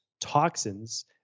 toxins